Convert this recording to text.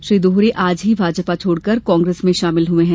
श्री दोहरे आज ही भाजपा छोड़कर कांग्रेस में शामिल हुए हैं